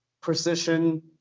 precision